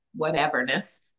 whateverness